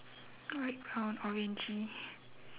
light brown orangey